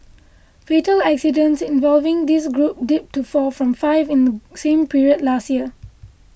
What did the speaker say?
fatal accidents involving this group dipped to four from five in the same period last year